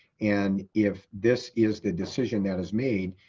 and if this is the decision that is made,